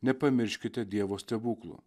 nepamirškite dievo stebuklų